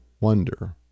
wonder